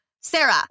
Sarah